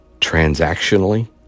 transactionally